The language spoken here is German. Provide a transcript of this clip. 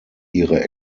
ihre